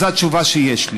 אז זו התשובה שיש לי: